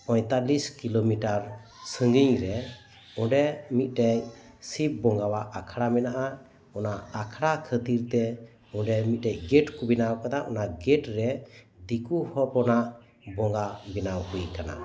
ᱯᱚᱭᱛᱟᱞᱞᱤᱥ kilometre ᱥᱟᱹᱜᱤᱧ ᱨᱮ ᱚᱸᱰᱮ ᱢᱤᱫ ᱴᱮᱱ ᱥᱤᱵᱽ ᱵᱚᱸᱜᱟᱣᱟᱜ ᱟᱠᱷᱟᱲᱟ ᱢᱮᱱᱟᱜᱼᱟ ᱚᱱᱟ ᱟᱠᱷᱟᱲᱟ ᱠᱷᱟᱹᱛᱤᱨ ᱛᱮ ᱚᱰᱮ ᱢᱤᱫ ᱴᱮᱱ ᱜᱮᱹᱴ ᱠᱚ ᱵᱮᱱᱟᱣ ᱟᱠᱟᱫᱟ ᱚᱱᱟ ᱜᱮᱹᱴ ᱨᱮ ᱫᱮᱹᱠᱳ ᱦᱚᱯᱚᱱᱟᱜ ᱵᱚᱸᱜᱟ ᱵᱮᱱᱟᱣ ᱦᱳᱭ ᱟᱠᱟᱱᱟ